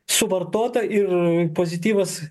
suvartota ir pozityvas